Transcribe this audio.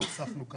לא הוספנו,